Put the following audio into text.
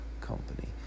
company